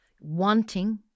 wanting